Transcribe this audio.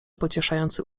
pocieszający